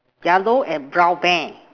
yellow and brown bear